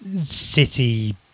city